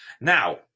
Now